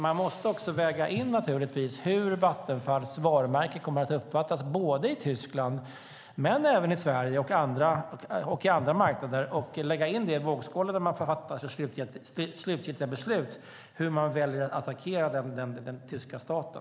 Man måste också väga in hur Vattenfalls varumärke kommer att uppfattas såväl i Tyskland som i Sverige och på andra marknader och lägga in det i vågskålen när man fattar sitt slutgiltiga beslut om hur man väljer att attackera den tyska staten.